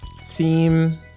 seem